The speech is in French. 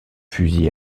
fusil